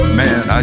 man